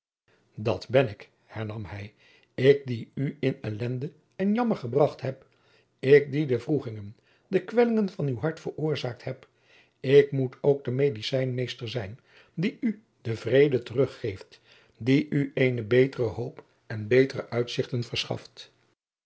dat ben ik hernam hij ik die u in elende en jammer gebracht heb ik die de wroegingen de kwellingen van uw hart veroorzaakt heb ik moet ook de medicijnmeester zijn die u den vrede teruggeeft die u eene betere hoop en betere uitzichten verschaft